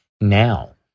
now